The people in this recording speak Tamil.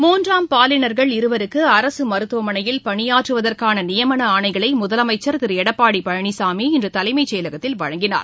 முன்றாம் பாலினர்கள் இருவருக்கு அரசு மருத்துவமனையில் பணியாற்றுவதற்கான நியமன ஆணைகளை முதலமைச்சர் திரு எடப்பாடி பழனிசாமி இன்று தலைமை செயலகத்தில் வழங்கினார்